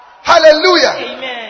Hallelujah